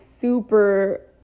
super